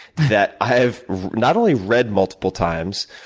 that i've not only read multiple times,